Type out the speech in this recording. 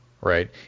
right